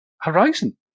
Horizon